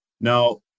Now